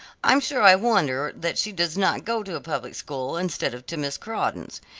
i'm sure i wonder that she does not go to a public school instead of to miss crawdon's.